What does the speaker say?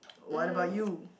what about you